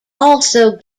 also